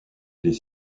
des